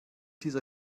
dieser